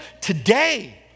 today